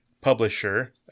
publisher